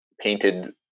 painted